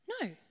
No